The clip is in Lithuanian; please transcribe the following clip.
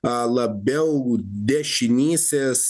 labiau dešinysis